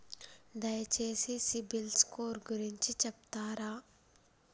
దయచేసి CIBIL score గురించి చెప్తరా?